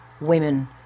women